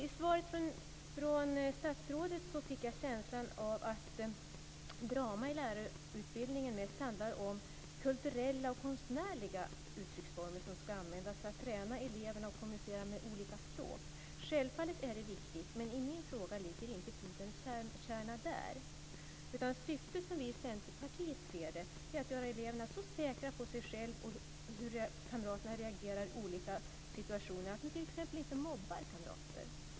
I svaret från statsrådet fick jag känslan av att drama i lärarutbildningen mest handlar om kulturella och konstnärliga uttrycksformer som ska användas för att träna eleverna att kommunicera med olika språk. Självfallet är det viktigt, men i min fråga ligger inte pudelns kärna där. Syftet är, som vi i Centerpartiet ser det, att göra eleverna så säkra på sig själva och hur deras kamrater reagerar i olika situationer att de t.ex. inte mobbar kamrater.